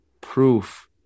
proof